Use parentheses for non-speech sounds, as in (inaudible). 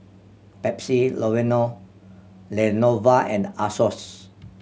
Pepsi (unintelligible) Lenovo and Asos